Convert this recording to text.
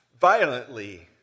violently